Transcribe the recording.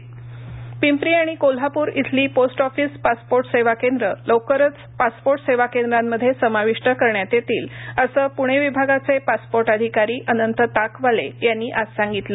passport Pimpri आणि कोल्हापूर इथली post office passport सेवा केंद्रं लवकरच पासपोर्ट सेवा केंद्रांमध्ये समाविष्ट करण्यात येतील असं पुणे विभागाचे पासपोर्ट अधिकारी अनंत ताकवाले यांनी आज सांगितलं